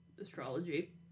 astrology